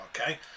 Okay